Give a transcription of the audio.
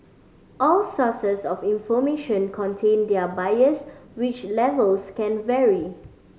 all sources of information contain their bias which levels can vary